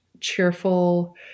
cheerful